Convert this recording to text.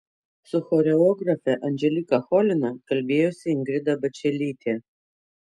su choreografe anželika cholina kalbėjosi ingrida bačelytė